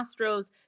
Astros